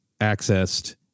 accessed